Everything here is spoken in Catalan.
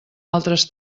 altres